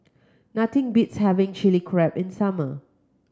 nothing beats having Chili Crab in summer